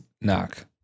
knock